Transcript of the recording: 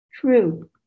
true